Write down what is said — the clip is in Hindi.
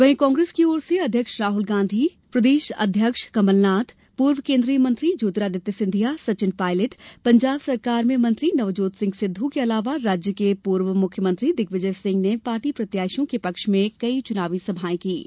वहीं कांग्रेस की ओर से अध्यक्ष राहल गांधी प्रदेश अध्यक्ष कमलनाथ पूर्व केन्द्रीय मंत्री ज्योतिरादित्य सिंधिया सचिन पायलट पंजाब सरकार में मंत्री नवजोत सिंह सिद्धू के अलावा राज्य के पूर्व मुख्यमंत्री दिग्विजय सिंह ने पार्टी प्रत्याशियों के पक्ष में कई चुनावी सभाएं कीं